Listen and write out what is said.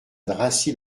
dracy